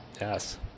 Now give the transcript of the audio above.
Yes